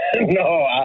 No